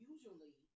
Usually